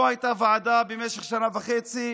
לא הייתה ועדה במשך שנה וחצי,